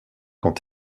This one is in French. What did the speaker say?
quand